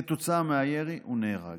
כתוצאה מהירי הוא נהרג.